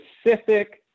specific